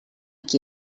qui